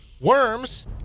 Worms